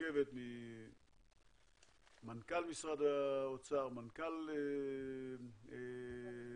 מורכבת ממנכ"ל משרד האוצר ומנכ"ל משרד ראש הממשלה